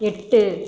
எட்டு